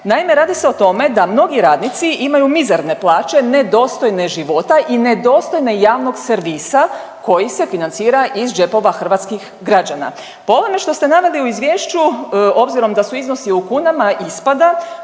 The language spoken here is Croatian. Naime, radi se o tome da mnogi radnici imaju mizerne plaće nedostojne života i nedostojne javnog servisa koji se financira iz džepova hrvatskih građana. Po ovome što ste naveli u izvješću obzirom da su iznosi u kunama ispada